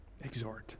exhort